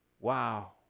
Wow